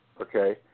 Okay